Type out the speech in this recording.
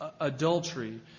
adultery